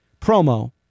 promo